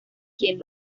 quien